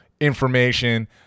information